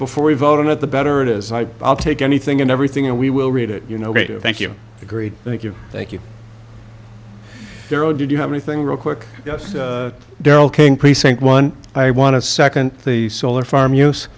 before we vote on it the better it is i'll take anything and everything and we will read it you know thank you agree thank you thank you dear oh did you have anything real quick darrell king precinct one i want to second the solar farm use